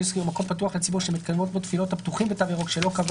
עסקי או מקום פתוח לציבור שמתקיימות בו תפילות בתו ירוק שלא קבע